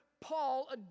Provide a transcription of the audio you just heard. Paul